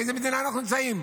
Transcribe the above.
באיזו מדינה אנחנו נמצאים?